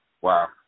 Wow